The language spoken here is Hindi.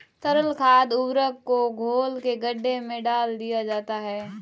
तरल खाद उर्वरक को घोल के गड्ढे में डाल दिया जाता है